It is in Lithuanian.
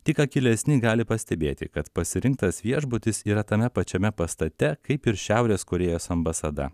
tik akylesni gali pastebėti kad pasirinktas viešbutis yra tame pačiame pastate kaip ir šiaurės korėjos ambasada